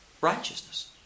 righteousness